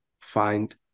find